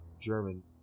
German